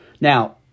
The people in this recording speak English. Now